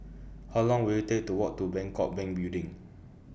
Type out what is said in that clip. How Long Will IT Take to Walk to Bangkok Bank Building